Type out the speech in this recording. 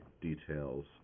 details